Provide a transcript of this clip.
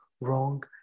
wrong